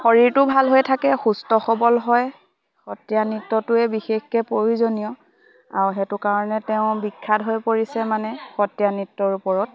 শৰীৰটো ভাল হৈ থাকে সুস্থ সবল হয় সত্ৰীয়া নৃত্যটোৱে বিশেষকে প্ৰয়োজনীয় আৰু সেইটো কাৰণে তেওঁ বিখ্যাত হৈ পৰিছে মানে সতীয়া নৃত্যৰ ওপৰত